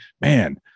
man